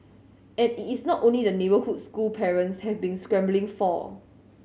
and it is not only the neighbourhood school parents have been scrambling for